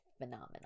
phenomenal